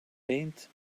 paint